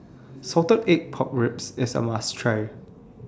Salted Egg Pork Ribs IS A must Try